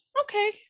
Okay